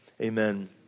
amen